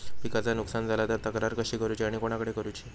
पिकाचा नुकसान झाला तर तक्रार कशी करूची आणि कोणाकडे करुची?